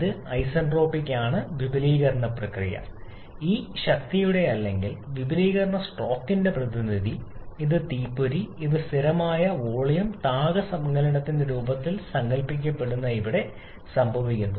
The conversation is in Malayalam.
ഇത് ഐസന്റ്രോപിക് ആണ് വിപുലീകരണ പ്രക്രിയ ഈ ശക്തിയുടെ അല്ലെങ്കിൽ വിപുലീകരണ സ്ട്രോക്കിന്റെ പ്രതിനിധി ഇത് തീപ്പൊരി ഈ സ്ഥിരമായ വോളിയം താപ സങ്കലനത്തിന്റെ രൂപത്തിൽ സങ്കൽപ്പിക്കപ്പെടുന്ന ഇവിടെ സംഭവിക്കുന്നു